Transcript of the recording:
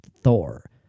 Thor